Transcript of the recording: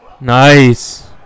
Nice